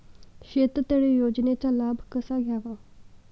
शेततळे योजनेचा लाभ कसा घ्यावा?